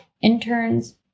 interns